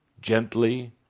gently